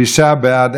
שישה בעד,